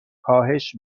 کاهش